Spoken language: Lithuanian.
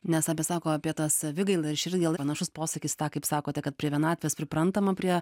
nes apie sako apie tą savigailą ir širdgėlą panašus posakis tą kaip sakote kad prie vienatvės priprantama prie